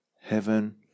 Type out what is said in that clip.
heaven